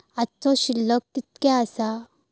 आजचो शिल्लक कीतक्या आसा?